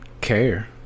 care